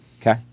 Okay